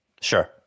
Sure